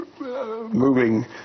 moving